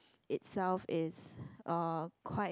itself is uh quite